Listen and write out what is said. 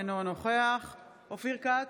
אינו נוכח אופיר כץ,